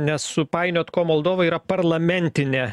nes supainiot ko moldova yra parlamentinė